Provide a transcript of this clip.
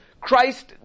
Christ